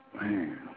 Man